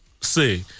say